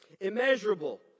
Immeasurable